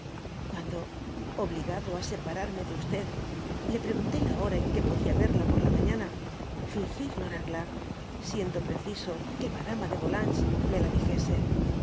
cuando obligado á separarme de td le preguntó la hora en que podía yerla por la mañana fingió ignorarla siendo preciso que madama de yolanges me la dijese